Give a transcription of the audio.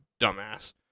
dumbass